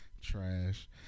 trash